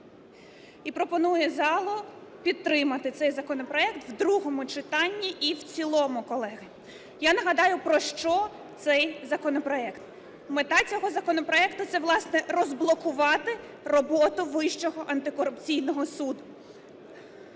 і пропонує залу підтримати цей законопроект в другому читанні і в цілому, колеги. Я нагадаю, про що цей законопроект. Мета цього законопроекту – це, власне, розблокувати роботу Вищого антикорупційного суду.